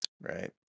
Right